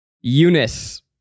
Eunice